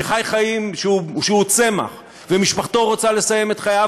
שחי חיים כשהוא צמח ומשפחתו רוצה לסיים את חייו,